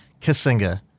Kissinger